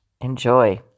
Enjoy